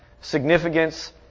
significance